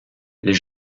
les